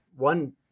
One